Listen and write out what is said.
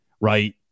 right